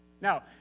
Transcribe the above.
Now